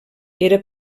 era